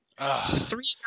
Three